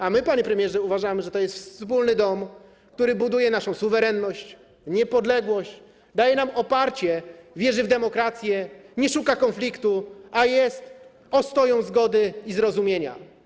A my, panie premierze, uważamy, że to jest wspólny dom, który buduje naszą suwerenność, niepodległość, daje nam oparcie, wiarę w demokrację, nie szuka konfliktu, a jest ostoją zgody i zrozumienia.